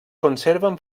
conserven